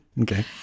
Okay